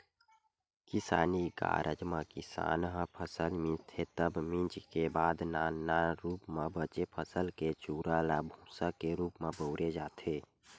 किसानी कारज म किसान ह फसल मिंजथे तब मिंजे के बाद नान नान रूप म बचे फसल के चूरा ल भूंसा के रूप म बउरे जाथे